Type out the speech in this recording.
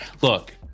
Look